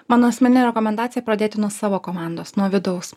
mano asmeninė rekomendacija pradėti nuo savo komandos nuo vidaus